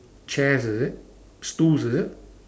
chairs is it stools is it